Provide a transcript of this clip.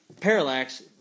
parallax